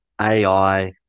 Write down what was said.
AI